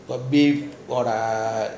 call ah